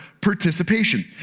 participation